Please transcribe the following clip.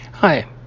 Hi